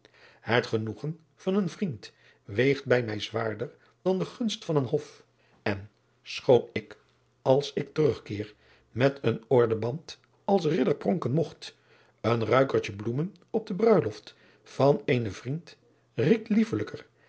et genoegen van een vriend weegt bij mij zwaarder dan de gunst van een hof en schoon ik als ik terugkeer met een ordeband als ridder pronken mogt een ruikertje bloemen op de bruiloft van eenen vriend riekt